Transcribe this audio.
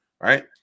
right